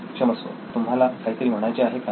क्षमस्व तुला काहीतरी म्हणायचे आहे का